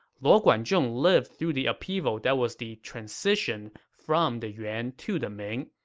luo guanzhong lived through the upheaval that was the transition from the yuan to the ming,